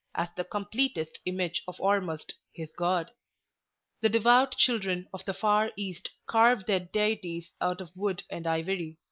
as the completest image of ormuzd, his god the devout children of the far east carved their deities out of wood and ivory